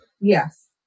Yes